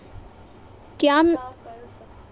क्या मैं अपनी खाता संख्या जान सकता हूँ?